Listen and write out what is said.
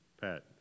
Pat